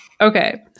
Okay